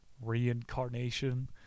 reincarnation